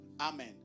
Amen